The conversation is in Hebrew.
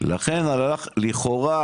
לכן לכאורה,